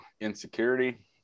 insecurity